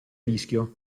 rischio